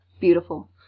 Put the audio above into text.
Beautiful